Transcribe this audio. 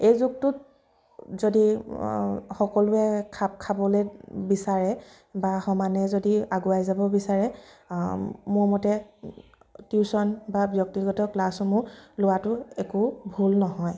এই যুগটোত যদি সকলোৱে খাপ খাবলৈ বিচাৰে বা সমানে যদি আগুৱাই যাব বিচাৰে মোৰ মতে টিউশ্যন বা ব্যক্তিগত ক্লাছসমূহ লোৱাটো একো ভুল নহয়